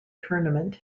tournament